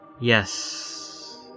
Yes